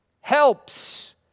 helps